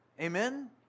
Amen